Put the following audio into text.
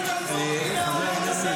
אתה שר מכובד.